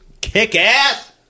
kick-ass